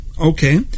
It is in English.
Okay